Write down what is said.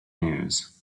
news